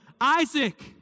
Isaac